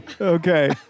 Okay